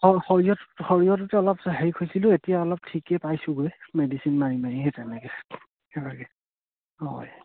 স সৰিয়হ সৰিয়হটোতো অলপ শেষ হৈছিলোঁ এতিয়া অলপ ঠিকেই পাইছোঁগৈ মেডিচিন মাৰি মাৰিহে সেই তেনেকৈ সেইভাগে হয়